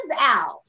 out